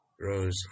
Rose